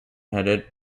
headed